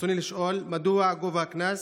ברצוני לשאול: 1. מדוע גובה הקנס